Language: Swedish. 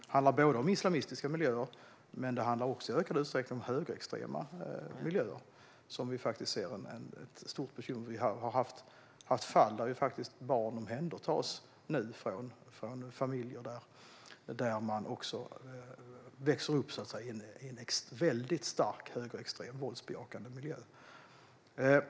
Det handlar om islamistiska miljöer, men det handlar också i ökad utsträckning om högerextrema miljöer, där vi faktiskt ser ett stort bekymmer. Vi har haft fall där barn har omhändertagits. Det gäller barn som växer upp i en väldigt stark högerextrem och våldsbejakande miljö.